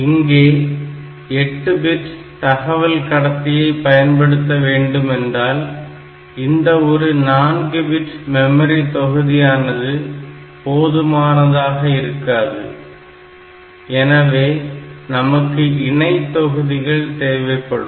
இங்கே 8 பிட் தகவல் கடத்தியை பயன்படுத்த வேண்டும் என்றால் இந்த ஒரு 4 பிட் மெமரி தொகுதி போதுமானதாக இருக்காது எனவே நமக்கு இணை தொகுதிகள் தேவைப்படும்